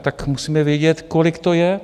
Tak musíme vědět, kolik to je.